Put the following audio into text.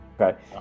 Okay